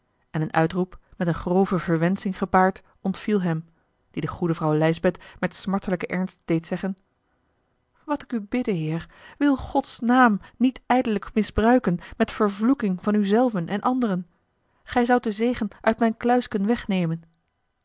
en een uitroep met eene grove verwensching gepaard ontviel hem die de goede vrouw lijsbeth met smartelijken ernst deed zeggen wat ik u bidde heer wil gods naam niet ijdellijk misbruiken met vervloeking van u zelven en anderen gij zoudt den zegen uit mijn kluisken wegnemen